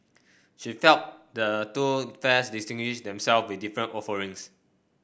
she felt the two fairs distinguished themselves with different offerings